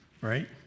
right